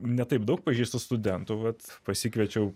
ne taip daug pažįstu studentų vat pasikviečiau